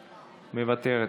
מוותרת,